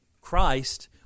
Christ